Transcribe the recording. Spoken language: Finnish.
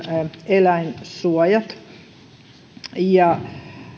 eläinsuojat ja